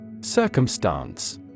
Circumstance